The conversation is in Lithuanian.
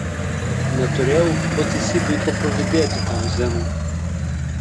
neturėjau po teisybei ko pavydėti tam zenui